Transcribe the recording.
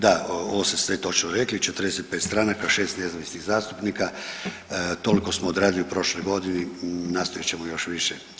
Da, ovo ste sve točno rekli, 54 stranaka, 6 nezavisnih zastupnika, toliko smo odradili u prošloj godini, nastojat ćemo još više.